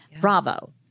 bravo